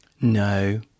No